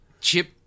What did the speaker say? chip